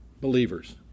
believers